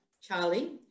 Charlie